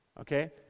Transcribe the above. okay